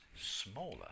smaller